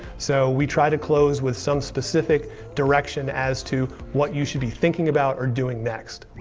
so we try to close with some specific direction as to what you should be thinking about or doing next.